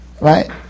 Right